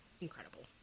incredible